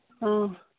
ꯎꯝ